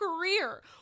career